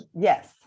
Yes